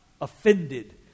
offended